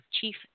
Chief